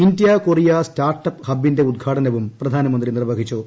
ഇന്തൃ Korea start up ഹബ്ബിന്റെ ഉദ്ഘാടനവും പ്രധാനമന്ത്രി നിർവഹിച്ചു